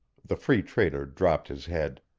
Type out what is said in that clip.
the free trader dropped his head.